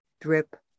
drip